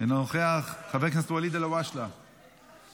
אינו נוכח, חבר הכנסת ואליד אלהואשלה, מוותר,